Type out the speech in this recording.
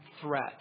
threat